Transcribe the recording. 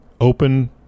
open